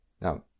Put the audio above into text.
Now